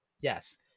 yes